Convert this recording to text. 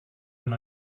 been